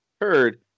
heard